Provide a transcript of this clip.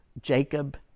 Jacob